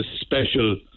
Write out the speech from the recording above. special